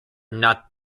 not